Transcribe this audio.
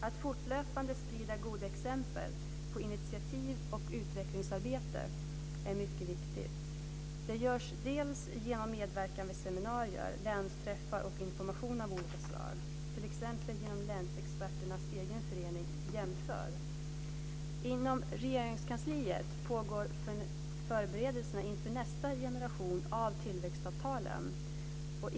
Att fortlöpande sprida goda exempel på initiativ och utvecklingsarbete är mycket viktigt. Det görs delvis genom medverkan vid seminarier, länsträffar och information av olika slag, t.ex. genom länsexperternas egen förening Jämför. Inom Regeringskansliet pågår förberedelserna inför nästa generation av tillväxtavtal.